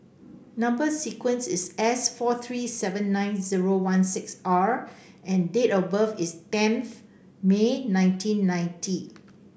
number sequence is S four three seven nine zero one six R and date of birth is tenth May nineteen ninety